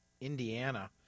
Indiana